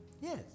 Yes